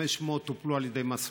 1,500 טופלו על ידי מס רכוש.